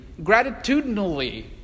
gratitudinally